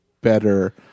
better